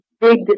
big